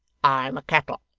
i'm a kettle,